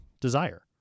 desire